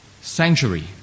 sanctuary